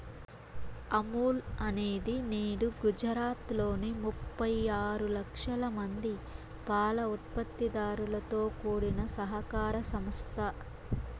అమూల్ అనేది నేడు గుజరాత్ లోని ముప్పై ఆరు లక్షల మంది పాల ఉత్పత్తి దారులతో కూడిన సహకార సంస్థ